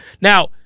Now